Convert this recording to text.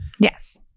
yes